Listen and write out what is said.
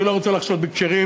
אני לא רוצה לחשוד בכשרים,